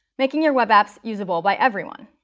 making your web apps usable by everyone.